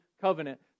Covenant